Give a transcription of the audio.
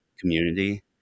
community